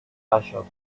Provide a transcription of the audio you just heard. ashok